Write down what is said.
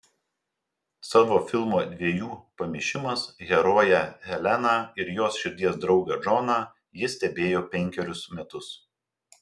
savo filmo dviejų pamišimas heroję heleną ir jos širdies draugą džoną ji stebėjo penkerius metus